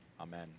Amen